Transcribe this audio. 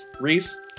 reese